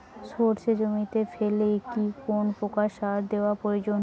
সর্ষে জমিতে ফেলে কি কোন প্রকার সার দেওয়া প্রয়োজন?